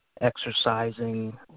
exercising